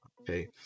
okay